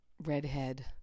redhead